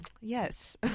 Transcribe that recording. yes